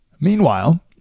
Meanwhile